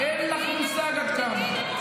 אין לך מושג עד כמה.